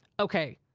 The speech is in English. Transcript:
okay,